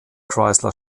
chrysler